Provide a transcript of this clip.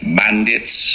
bandits